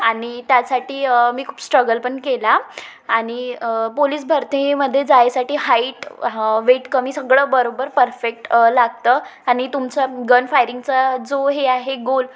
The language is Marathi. आणि त्यासाठी मी खूप स्ट्रगल पण केला आणि पोलीस भरतीमध्ये जायसाठी हाईट ह वेट कमी सगळं बरोबर परफेक्ट लागतं आणि तुमचा गन फायरिंगचा जो हे आहे गोल